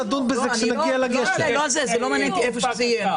זה לא מעניין אותי היכן זה יהיה.